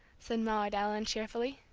said maude allen, cheerfully.